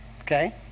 Okay